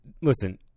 Listen